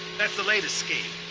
that's the latest scheme.